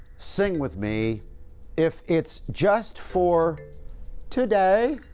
sing with me if it's just for today.